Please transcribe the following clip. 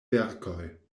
verkoj